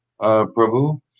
Prabhu